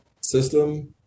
system